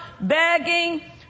begging